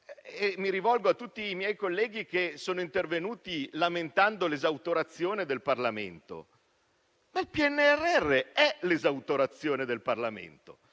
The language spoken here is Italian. Mi rivolgo a tutti i miei colleghi che sono intervenuti lamentando l'esautorazione del Parlamento: il PNRR è l'esautorazione del Parlamento.